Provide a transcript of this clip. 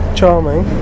charming